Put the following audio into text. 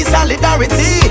solidarity